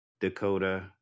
Dakota